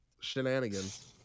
shenanigans